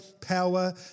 power